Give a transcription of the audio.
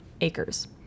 acres